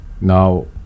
Now